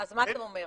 אז מה אתה אומר?